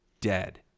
dead